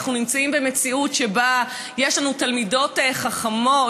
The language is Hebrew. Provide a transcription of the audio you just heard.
אנחנו נמצאים במציאות שבה יש לנו תלמידות חכמות,